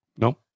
no